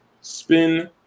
spin